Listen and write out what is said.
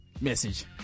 message